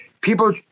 people